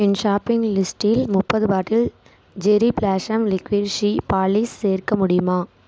என் shopping லிஸ்டில் முப்பது bottle cherry blossom liquid shoe polish சேர்க்க முடியுமா